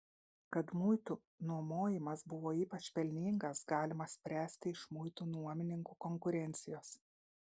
kad muitų nuomojimas buvo ypač pelningas galima spręsti iš muitų nuomininkų konkurencijos